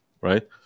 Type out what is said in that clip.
right